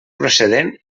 procedent